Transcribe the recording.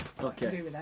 Okay